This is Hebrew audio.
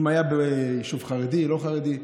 אם היה ביישוב חרדי, לא חרדי.